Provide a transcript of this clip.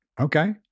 okay